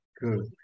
Good